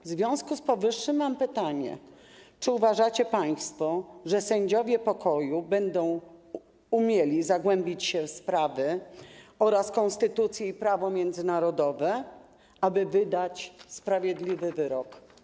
W związku z powyższym mam pytanie: Czy uważacie państwo, że sędziowie pokoju będą umieli zagłębić się w sprawy oraz konstytucję i prawo międzynarodowe, aby wydać sprawiedliwy wyrok?